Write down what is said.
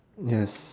yes